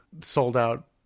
sold-out